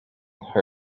her